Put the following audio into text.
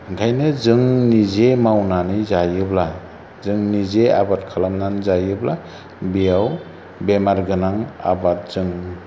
ओंखायनो जों निजे मावनानै जायोब्ला जों निजे आबाद खालामनानै जायोब्ला बेयाव बेमार गोनां आबादजों